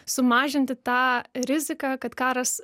sumažinti tą riziką kad karas